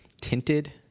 Tinted